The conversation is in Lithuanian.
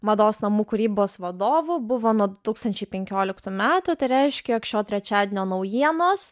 mados namų kūrybos vadovu buvo nuo du tūkstančiai penkioliktų metų tai reiškia jog šio trečiadienio naujienos